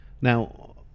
Now